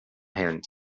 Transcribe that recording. hand